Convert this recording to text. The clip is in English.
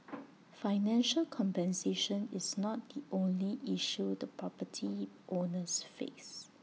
financial compensation is not the only issue the property owners face